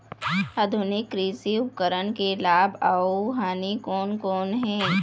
आधुनिक कृषि उपकरण के लाभ अऊ हानि कोन कोन हे?